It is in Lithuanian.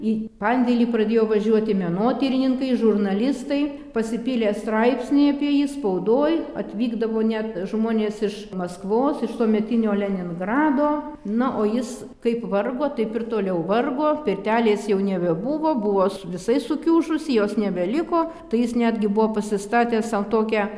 į pandėlį pradėjo važiuoti menotyrininkai žurnalistai pasipylė straipsniai apie jį spaudoj atvykdavo net žmonės iš maskvos iš tuometinio leningrado na o jis kaip vargo taip ir toliau vargo pirtelės jau nebebuvo buvo s visai sukiužusi jos nebeliko tai jis netgi buvo pasistatęs sau tokią